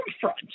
front